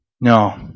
No